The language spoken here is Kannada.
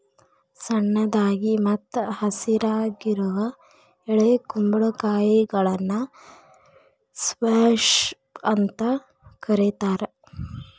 ಸಣ್ಣದಾಗಿ ಮತ್ತ ಹಸಿರಾಗಿರುವ ಎಳೆ ಕುಂಬಳಕಾಯಿಗಳನ್ನ ಸ್ಕ್ವಾಷ್ ಅಂತ ಕರೇತಾರ